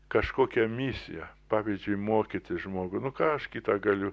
kažkokią misiją pavyzdžiui mokyti žmogų nu ką aš kitą galiu